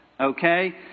Okay